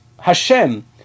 Hashem